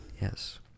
Yes